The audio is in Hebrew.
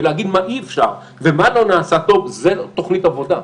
ולהגיד מה אי-אפשר ומה לא נעשה טוב זו לא תוכנית עבודה.